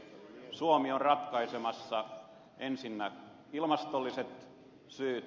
suomi on ratkaisemassa ensinnä ilmastolliset syyt